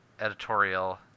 editorial